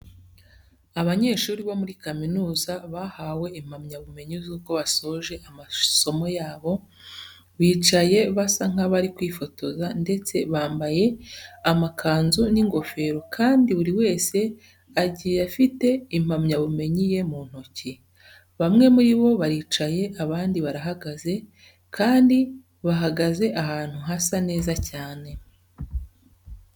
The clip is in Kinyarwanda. Abanyeshuri bo muri kaminuza bahawe impamyabumenyi z'uko basoje amasomo yabo, bicaye basa nk'abari kwifotoza ndetse bambaye amakanzu n'ingofero kandi buri wese agiye afite impamyabumenyi ye mu ntoki. Bamwe muri bo baricaye, abandi barahagaze kandi bahagaze ahantu hasa neza cyane.